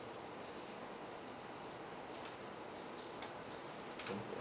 mm